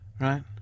Right